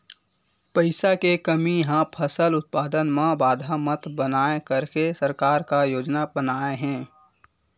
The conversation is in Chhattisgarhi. पईसा के कमी हा फसल उत्पादन मा बाधा मत बनाए करके सरकार का योजना बनाए हे?